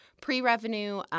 pre-revenue